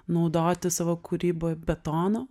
naudoti savo kūryboj betono